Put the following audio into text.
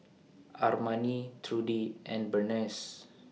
Armani Trudi and Berneice